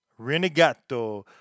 Renegato